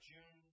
June